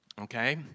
Okay